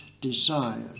desire